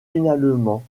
finalement